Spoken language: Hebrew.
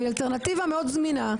היא אלטרנטיבה מאוד זמינה,